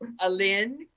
Alin